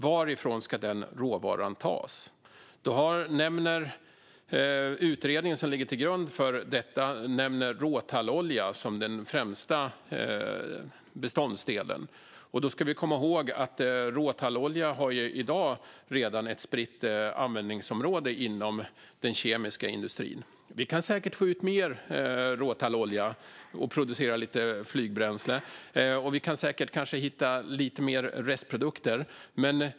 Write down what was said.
Varifrån ska råvaran tas? Utredningen som ligger till grund för detta nämner råtallolja som den främsta beståndsdelen. Då ska vi komma ihåg att råtallolja redan i dag har spridda användningsområden inom den kemiska industrin. Vi kan säkert få ut mer råtallolja och producera lite flygbränsle, och vi kan säkert hitta lite mer restprodukter.